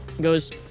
goes